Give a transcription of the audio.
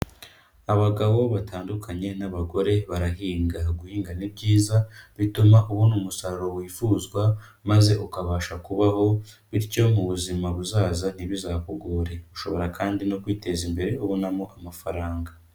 Abagabo batandukanye n'abagore barahinga, guhingana ni byiza bituma ubona umusaruro wifuzwa maze ukabasha kubaho bityo mu buzima buzaza ntibizakugore, ushobora kandi no kwiteza imbere ubonamo amafaranga.